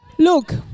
Look